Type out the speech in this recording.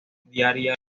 diaria